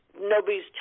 nobody's